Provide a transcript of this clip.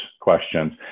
questions